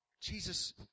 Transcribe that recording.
Jesus